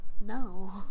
No